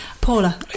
Paula